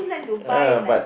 ah but